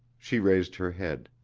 she raised her head.